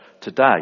today